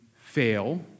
fail